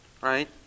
right